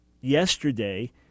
yesterday